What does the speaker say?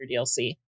dlc